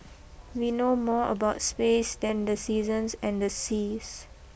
we know more about space than the seasons and seas